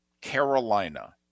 Carolina